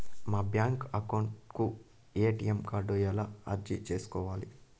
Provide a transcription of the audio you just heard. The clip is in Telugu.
మా బ్యాంకు అకౌంట్ కు ఎ.టి.ఎం కార్డు ఎలా అర్జీ సేసుకోవాలి?